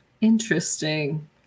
Interesting